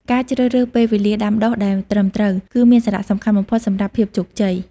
ការជ្រើសរើសពេលវេលាដាំដុះដែលត្រឹមត្រូវ គឺមានសារៈសំខាន់បំផុតសម្រាប់ភាពជោគជ័យ។